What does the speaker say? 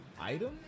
item